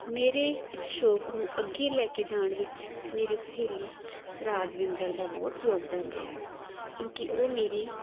ਮੇਰੇ ਇਸ ਸ਼ੋਂਕ ਨੂੰ ਅੱਗੇ ਲੈ ਕੇ ਜਾਣ ਵਿੱਚ ਮੇਰੀ ਸਹੇਲੀ ਰਾਜਵਿੰਦਰ ਦਾ ਬਹੁਤ ਯੋਗਦਾਨ ਰਿਹਾ ਹੈ ਕਿਉਂਕਿ ਉਹ ਮੇਰੀ